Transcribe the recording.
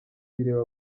bireba